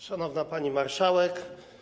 Szanowna Pani Marszałek!